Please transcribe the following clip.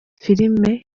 filime